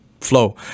flow